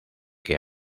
que